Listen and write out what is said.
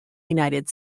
united